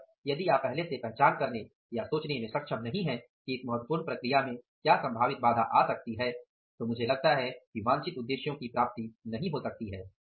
अतः यदि आप पहले से पहचान करने या सोचने में सक्षम नहीं हैं कि इस महत्वपूर्ण प्रक्रिया में क्या संभावित बाधा आ सकती है तो मुझे लगता है कि वांछित उद्देश्यों की प्राप्ति नहीं हो सकती है